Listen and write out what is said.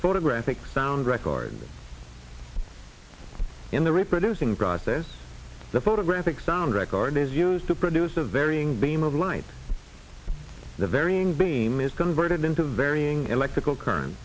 photographic sound record in the reproducing process the photographic sound record is used to produce a varying beam of light the varying beam is converted into varying electrical current